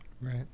Right